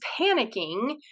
panicking